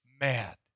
mad